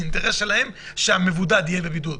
זה אינטרס שלהם שהמבודד יהיה בבידוד.